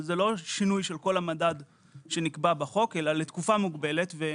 שזה לא שינוי של כל המדד שנקבע בחוק אלא לתקופה מוגבלת.